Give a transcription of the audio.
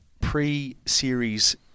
pre-series